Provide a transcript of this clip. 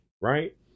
right